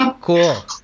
Cool